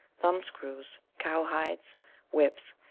thumbscrews, cowhides, whips,